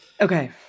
Okay